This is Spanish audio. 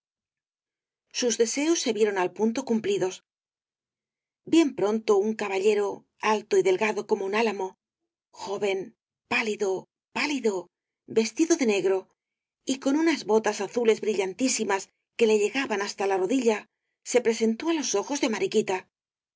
sus deseos se vieron al punto cumplidos bien pronto un caballero alto y delgado como un álamo joven pálido pálido vestido de negro y con tomo i v rosalía de castro unas botas azules y brillantísimas que le llegaban hasta la rodilla se presentó á los ojos de mariquita